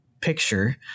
picture